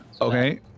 okay